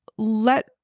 let